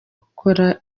gukora